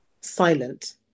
silent